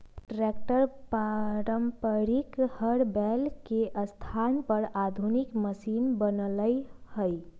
tractor पारम्परिक हर बैल के स्थान पर आधुनिक मशिन बनल हई